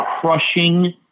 crushing